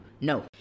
No